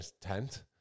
tent